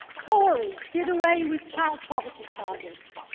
tories did away with child poverty targets.